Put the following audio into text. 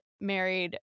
married